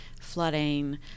flooding